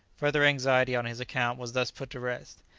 further anxiety on his account was thus put to rest.